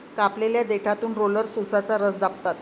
कापलेल्या देठातून रोलर्स उसाचा रस दाबतात